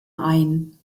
ein